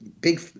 big